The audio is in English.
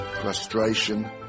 frustration